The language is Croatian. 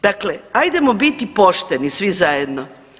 Dakle, ajdemo biti pošteni svi zajedno.